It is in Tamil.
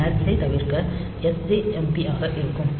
பின்னர் அதைத் தவிர்க்க sjmp ஆக இருக்கும்